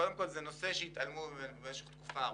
זה נושא שהתעלמו ממנו במשך תקופה ארוכה.